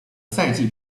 赛季